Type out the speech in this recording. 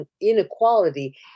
inequality